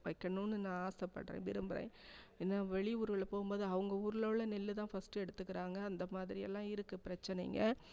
வைக்கணும்ன்னு நான் ஆசைப்பட்றேன் விரும்புறேன் இன்னும் வெளி ஊருகளில் போகும்போது அவங்க ஊர்லெலாம் நெல்தான் ஃபஸ்ட்டு எடுத்துக்கிறாங்க அந்தமாதிரி எல்லாம் இருக்குது பிரச்சினைங்க